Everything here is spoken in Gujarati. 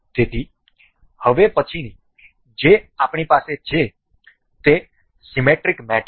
તેથી હવે પછીની જે આપણી પાસે છે તે સીમેટ્રિક મેટ છે